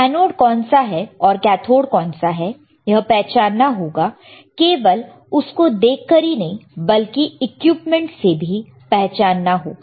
anode कौन सा है और कैथोड कौन सा है यह पहचानना होगा केवल उसको देख कर ही नहीं बल्कि इक्विपमेंट से भी पहचानना होगा